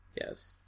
Yes